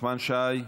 נחמן שי,